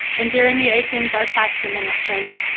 and jeremy aikens, our tax administrator.